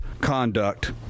conduct